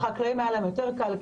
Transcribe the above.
לחקלאים היה יותר קל,